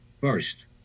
first